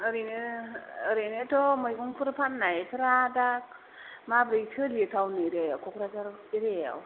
ओरैनो ओरैनोथ मैगंफोर फाननाय फोरा दा माब्रै सोलियो टाउन एरियाआव क'क्राझार एरियाआव